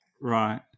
Right